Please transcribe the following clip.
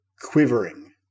quivering